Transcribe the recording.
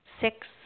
six